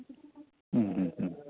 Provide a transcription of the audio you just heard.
ഉം ഉം ഉം